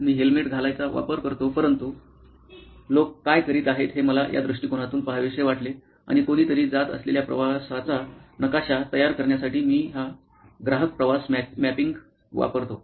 मी helmet घालायचा वापर करतो परंतु लोक काय करीत आहेत हे मला या दृष्टीकोनातून पहावेसे वाटले आणि कोणीतरी जात असलेल्या प्रवासाचा नकाशा तयार करण्यासाठी मी हा ग्राहक प्रवास मॅपिंग वापरतो